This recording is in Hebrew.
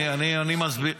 אני מסביר.